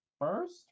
first